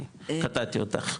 אני קטעתי אותך,